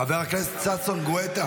חבר הכנסת ששון גואטה.